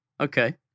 Okay